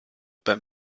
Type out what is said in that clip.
beim